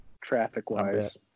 traffic-wise